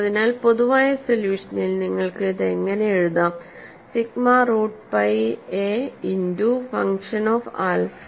അതിനാൽ പൊതുവായ സൊല്യൂഷനിൽ നിങ്ങൾക്ക് ഇത് ഇങ്ങനെ എഴുതാം sigma root pi a into function of alpha